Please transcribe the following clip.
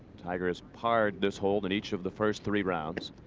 tiger has parred this hole in each of the first three rounds.